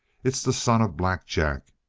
it's the son of black jack.